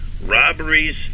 robberies